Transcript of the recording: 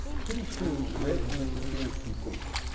pretty soon red disappears completely.